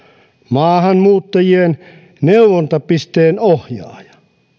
maahanmuuttajien neuvontapisteen ohjaaja